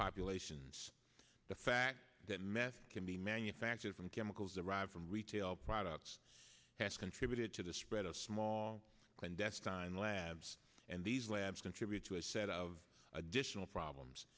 populations the fact that meth can be manufactured from chemicals arrive from retail products has contributed to the spread of small clandestine labs and these labs contribute to a set of additional problems